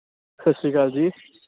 ਸਤਿ ਸ਼੍ਰੀ ਅਕਾਲ ਜੀ